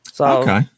Okay